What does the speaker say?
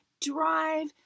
drive